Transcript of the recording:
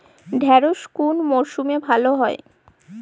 ঢেঁড়শ কোন মরশুমে ভালো হয়?